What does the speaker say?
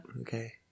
Okay